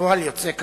כפועל יוצא,